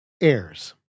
heirs